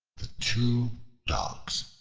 two dogs